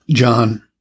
John